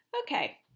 Okay